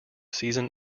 season